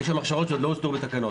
יש שם הכשרות שעוד לא הוסדרו בתקנות,